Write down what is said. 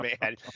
man